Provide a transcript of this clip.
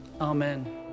Amen